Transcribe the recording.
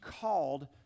called